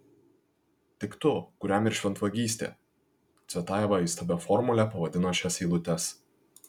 tik tu kuriam ir šventvagystė cvetajeva įstabia formule pavadino šias eilutes